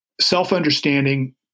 self-understanding